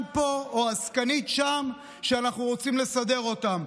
פה או עסקנית שם שאנחנו רוצים לסדר אותם.